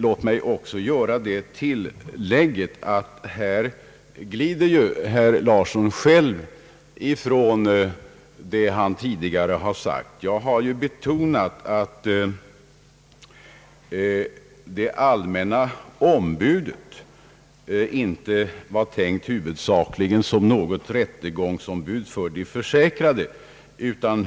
Låt mig också göra det tillägget att herr Larsson själv tycks glida ifrån det han tidigare sagt. Jag har ju betonat att det allmänna ombudet inte var tänkt huvudsakligen som något rättegångsombud för de försäkrade.